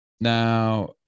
Now